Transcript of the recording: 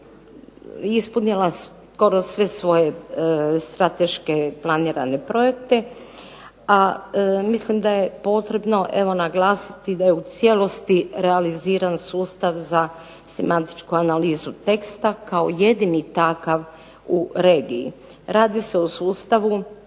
ispunila skoro sve svoje strateške planirane projekte, a mislim da je potrebno evo naglasiti da je u cijelosti realiziran sustav za semantičku analizu teksta kao jedini takav u regiji. Radi se o sustavu